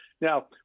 Now